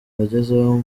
bagezeho